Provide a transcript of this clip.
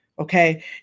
Okay